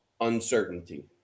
Uncertainty